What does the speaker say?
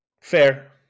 Fair